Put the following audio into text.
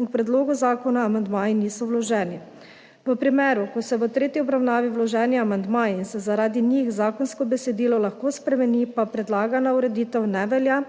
in k predlogu zakona amandmaji niso vloženi. V primeru, ko so v tretji obravnavi vloženi amandmaji in se zaradi njih zakonsko besedilo lahko spremeni, pa predlagana ureditev ne velja